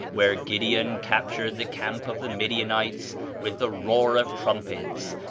where gideon captured the camp of the midianites with the roar of trumpets,